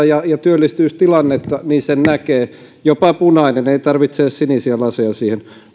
ja työllistymistilannetta niin sen näkee jopa punainen ei tarvitse edes sinisiä laseja siihen